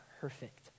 perfect